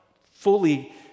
fully